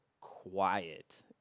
quiet